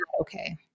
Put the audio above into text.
okay